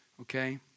Okay